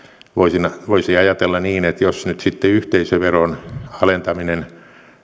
voisi ajatella niin että jos nyt sitten yhteisöveron alentaminen